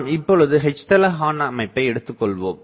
நாம் இப்பொழுது H தள ஹார்ன் அமைப்பை எடுத்துக்கொள்வோம்